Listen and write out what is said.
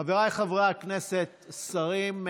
חבריי חברי הכנסת, שרים,